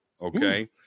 Okay